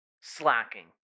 slacking